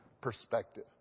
perspective